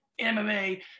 MMA